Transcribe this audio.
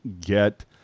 get